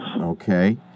Okay